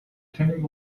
тэнэг